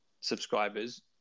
subscribers